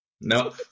No